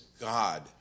God